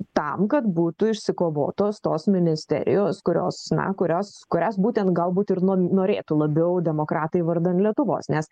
tam kad būtų išsikovotos tos ministerijos kurios na kurios kurias būtent galbūt ir no norėtų labiau demokratai vardan lietuvos nes